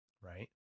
right